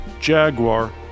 Jaguar